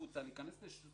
ופה יש להם תקווה כן להיכנס,